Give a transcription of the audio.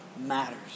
matters